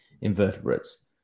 invertebrates